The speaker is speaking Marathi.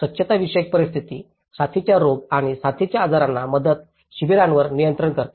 स्वच्छताविषयक परिस्थिती साथीच्या रोग आणि साथीच्या आजारांना मदत शिबिरांवर नियंत्रित करते